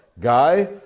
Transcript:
guy